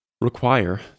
require